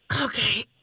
Okay